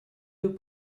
deux